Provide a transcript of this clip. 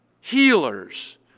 healers